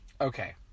okay